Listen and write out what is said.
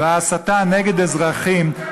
וההסתה נגד אזרחים,